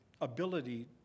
ability